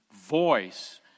voice